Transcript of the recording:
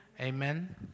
Amen